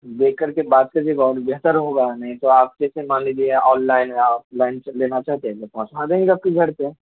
دیکھ کر کے بات کریے گا اور بہتر ہوگا نہیں تو آپ جیسے مان لیجیے آن لائن یا آف لائن سے لینا چاہتے ہیں تو پہنچا دیں گے آپ کے گھر پہ